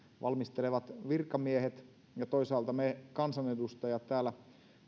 valmistelevat virkamiehet ja toisaalta me kansanedustajat täällä